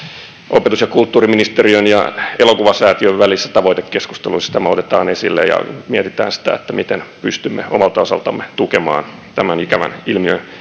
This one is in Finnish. opetus ja kulttuuriministeriön ja elokuvasäätiön välisissä tavoitekeskusteluissa tämä otetaan esille ja mietitään sitä miten pystymme omalta osaltamme tukemaan tämän ikävän ilmiön